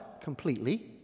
completely